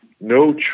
no